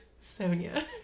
Sonia